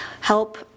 help